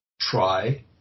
try